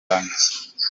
banjye